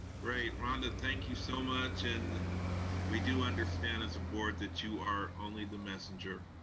great, rhonda, thank you so much, and we do understand, as a board, that you are only the messenger,